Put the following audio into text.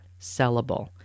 sellable